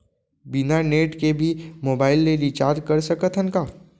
बिना नेट के भी मोबाइल ले रिचार्ज कर सकत हन का?